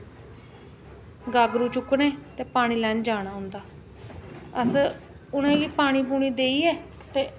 गागरू चुक्कने ते पानी लेन जाना उं'दा अस उ'नें गी पानी पूनी देइयै ते